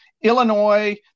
Illinois